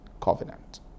covenant